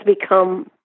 become